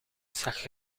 zag